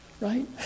right